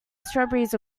strawberries